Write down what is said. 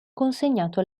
consegnato